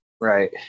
Right